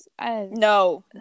No